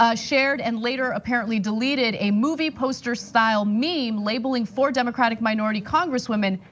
ah shared and later apparently deleted a movie poster style meme labeling four democratic minority congresswomen,